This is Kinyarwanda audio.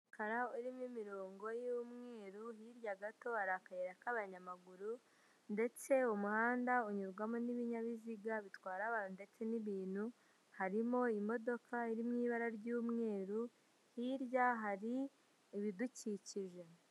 Umukara urimo imirongo y'umweru, hirya gato hari akayira k'abanyamaguru, ndetse umuhanda unyurwamo n'ibinyabiziga bitwara abantu ndetse n'ibintu. Harimo imodoka iri mu ibara ry'umweru, hirya hari ibidukikije.